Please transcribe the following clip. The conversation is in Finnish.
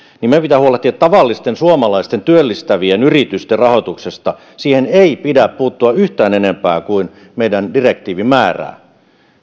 niin meidän pitää huolehtia tavallisten suomalaisten työllistävien yritysten rahoituksesta siihen ei pidä puuttua yhtään enempää kuin meidän direktiivi määrää